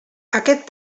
aquest